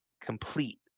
complete